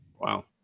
Wow